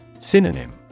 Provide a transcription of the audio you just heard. synonym